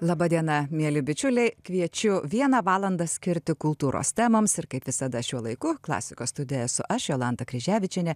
laba diena mieli bičiuliai kviečiu vieną valandą skirti kultūros temoms ir kaip visada šiuo laiku klasikos studijoje esu aš jolanta kryževičienė